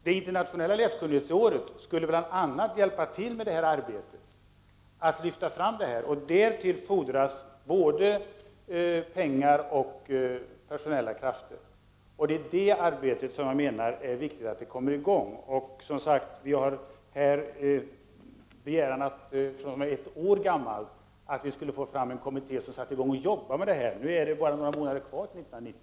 Det internationella läskunnighetsåret skulle bl.a. hjälpa till i arbetet med att lyfta fram detta problem, och därtill fordras både pengar och personella krafter. Det är det arbetet som det är viktigt att komma i gång med. Begäran om en kommitté som sätter i gång med detta arbete är ett år gammal, och nu är det bara några månader till 1990.